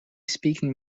speaking